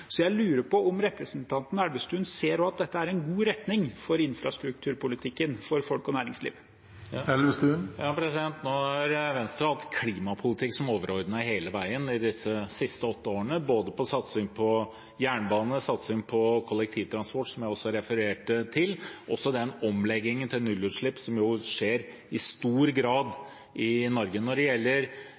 Jeg lurer på om representanten Elvestuen også ser at dette er en god retning for infrastrukturpolitikken – for folk og næringsliv? Venstre har hatt klimapolitikk som det overordnede hele veien de siste åtte årene, både i satsing på jernbane, i satsing på kollektivtransport – som jeg også refererte til – og i omleggingen til nullutslipp, som i stor grad skjer i Norge. Når det gjelder